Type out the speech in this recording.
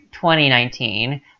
2019